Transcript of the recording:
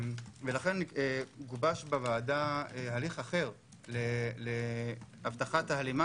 ולכן גובש בוועדה הליך אחר להבטחת ההלימה